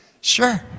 Sure